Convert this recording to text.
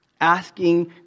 asking